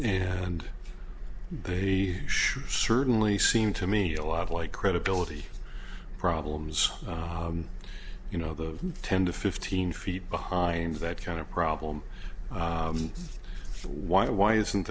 and he should certainly seem to me a lot like credibility problems you know the ten to fifteen feet behind that kind of problem why why isn't